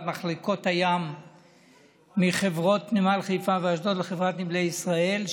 מחלקות הים מחברות נמל חיפה ואשדוד לחברת נמלי ישראל,